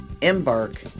Embark